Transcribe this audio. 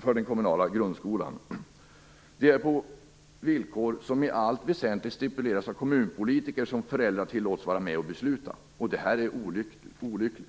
för den kommunala grundskolan. Det är på villkor som i allt väsentligt stipuleras av kommunpolitiker som föräldrar tillåts vara med och besluta. Det är olyckligt.